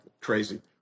crazy